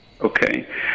Okay